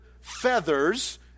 feathers